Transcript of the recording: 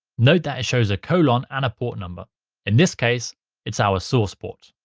note that it shows a colon and a port number in this case it's our source port.